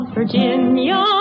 Virginia